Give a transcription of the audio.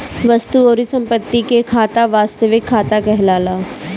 वस्तु अउरी संपत्ति के खाता वास्तविक खाता कहलाला